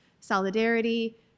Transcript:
solidarity